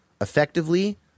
effectively